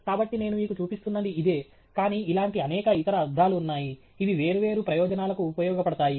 కాబట్టి నేను మీకు చూపిస్తున్నది ఇదే కానీ ఇలాంటి అనేక ఇతర అద్దాలు ఉన్నాయి ఇవి వేర్వేరు ప్రయోజనాలకు ఉపయోగపడతాయి